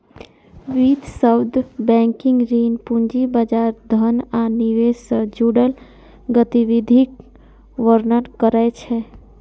वित्त शब्द बैंकिंग, ऋण, पूंजी बाजार, धन आ निवेश सं जुड़ल गतिविधिक वर्णन करै छै